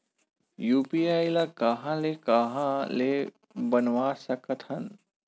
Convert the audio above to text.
UPI ल कहां ले कहां ले बनवा सकत हन?